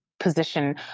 position